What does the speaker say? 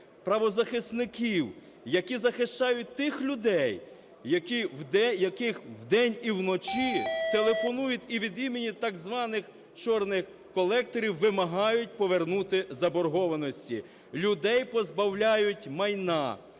правозахисників, які захищають тих людей, яким вдень і вночі телефонують і від імені так званих чорних колекторів вимагають повернути заборгованості. Людей позбавляють майна,